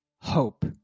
hope